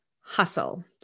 hustle